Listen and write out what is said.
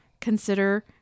consider